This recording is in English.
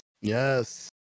Yes